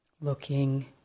Looking